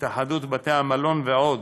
התאחדות בתי-המלון ועוד